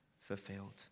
fulfilled